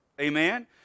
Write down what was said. Amen